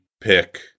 pick